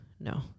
No